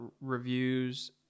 reviews